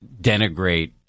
denigrate